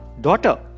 daughter